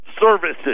Services